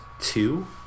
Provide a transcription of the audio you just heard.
two